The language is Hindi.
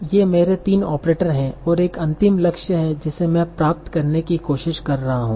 ये मेरे तीन ऑपरेटर हैं और एक अंतिम लक्ष्य है जिसे मैं प्राप्त करने की कोशिश कर रहा हूं